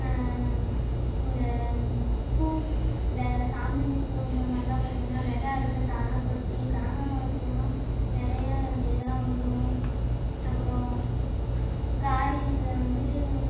இந்த பூ இந்த சாமந்தி பூ இந்தமாதிரிலாம் பார்த்திங்கனா வெதை அதுவே தானாக கொட்டி கனகாமரப்பூவெல்லாம் நிறைய அந்த இதெல்லாம் வந்துடும் அப்புறோம் காயில் வந்து